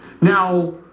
Now